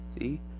See